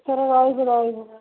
ଏଥର ରହିବୁ ରହିବୁ